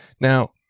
Now